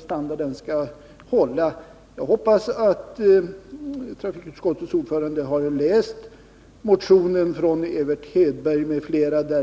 standard den skall hålla. Jag hoppas att trafikutskottets ordförande har läst motionen av Evert Hedberg m.fl.